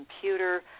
computer